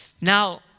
Now